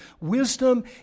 Wisdom